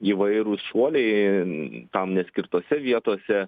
įvairūs šuoliai tam neskirtose vietose